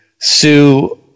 sue